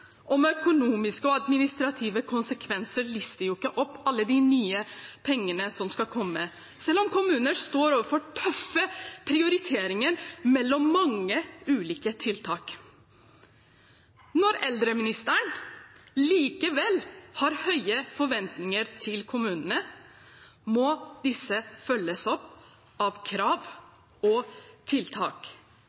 om økonomiske og administrative konsekvenser, lister man ikke opp alle de nye pengene som skal komme, selv om kommuner står overfor tøffe prioriteringer mellom mange ulike tiltak. Når eldreministeren likevel har høye forventninger til kommunene, må disse følges opp med krav og tiltak.